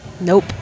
Nope